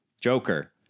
Joker